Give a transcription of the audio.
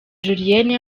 julienne